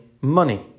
money